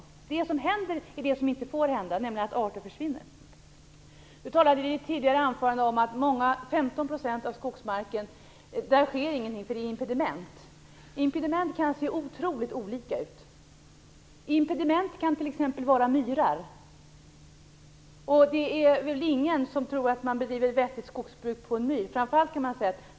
Och det som händer är det som inte får hända, nämligen att arter försvinner. Carl G Nilsson talade i ett tidigare anförande om att ingenting sker på 15 % av skogsmarken därför att det är impediment. Impediment kan se otroligt olika ut. Impediment kan t.ex. vara myrar. Och det är väl ingen som tror att man bedriver ett vettigt skogsbruk på en myr.